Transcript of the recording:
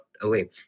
away